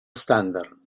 estàndard